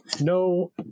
No